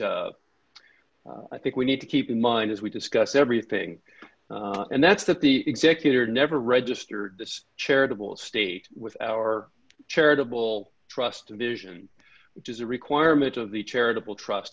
here i think we need to keep in mind as we discuss everything and that's that the executor never registered this charitable state with our charitable trust and vision which is a requirement of the charitable trust